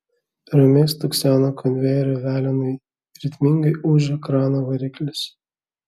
ramiai stukseno konvejerio velenai ritmingai ūžė krano variklis